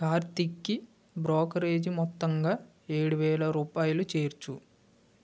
కార్తిక్కి brokerage మొత్తంగా ఏడు వేల రూపాయలు చేర్చు